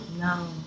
No